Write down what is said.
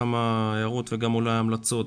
כמה הערות וגם אולי המלצות.